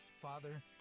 Father